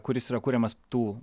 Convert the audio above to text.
kuris yra kuriamas tų